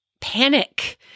panic